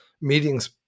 meetings